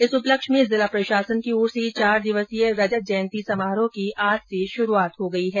इस उपलक्ष में जिला प्रशासन की ओर से चार दिवसीय रजत जयंती समारोह की आज से शुरूआत हो गई है